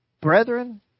Brethren